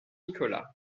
nicolas